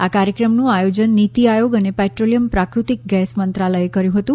આ કાર્યક્રમનું આયોજન નિતિ આયોગ તથા પેટ્રોલિયમ પ્રાકૃતિક ગેસ મંત્રાલયે કર્યું હતું